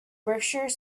berkshire